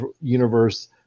universe